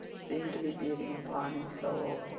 seemed to be beating upon his soul.